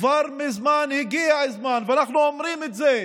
כבר מזמן הגיע הזמן, ואנחנו אומרים את זה,